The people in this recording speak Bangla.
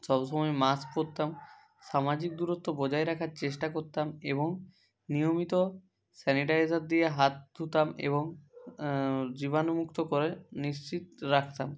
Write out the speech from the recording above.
সব সময় মাস্ক পরতাম সামাজিক দূরত্ব বজায় রাখার চেষ্টা করতাম এবং নিয়মিত স্যানিটাইজার দিয়ে হাত ধুতাম এবং জীবাণুমুক্ত করে নিশ্চিত রাখতাম